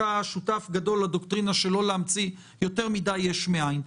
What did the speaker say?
אתה שותף גדול לדוקטרינה שלא להמציא יותר מדי יש מאין.